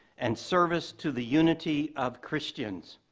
and service to the unity of christians.